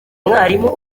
mwalimu